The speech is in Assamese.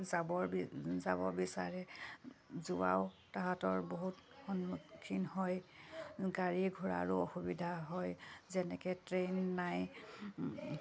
যাবৰ যাব বিচাৰে যোৱাও তাহাঁতৰ বহুত সন্মুখীন হয় গাড়ী ঘূৰাৰো অসুবিধা হয় যেনেকৈ ট্ৰেইন নাই